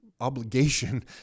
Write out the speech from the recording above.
obligation